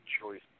Choice